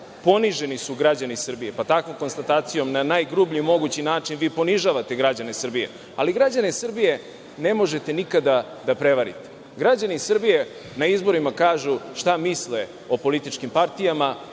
„poniženi su građani Srbije“, pa takvom konstatacijom na najgrublji mogući način vi ponižavate građane Srbije. Ali građane Srbije ne možete nikada da prevarite. Građani Srbije na izborima kažu šta misle o političkim partijama,